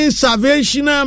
salvation